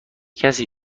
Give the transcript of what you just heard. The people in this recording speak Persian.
کسی